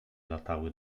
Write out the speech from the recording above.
latały